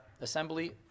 assembly